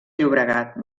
llobregat